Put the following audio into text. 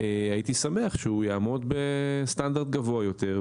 הייתי שמח שהוא יעמוד בסטנדרט גבוה יותר,